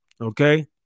Okay